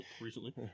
Recently